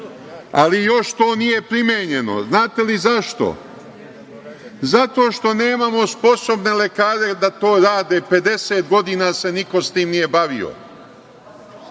ali još to nije primenjeno. Znate li zašto? Zato što nemamo sposobne lekare da to rade, 50 godina se niko time nije bavio.